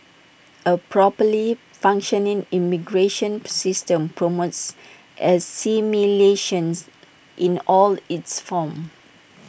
A properly functioning immigration system promotes assimilations in all its forms